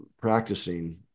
practicing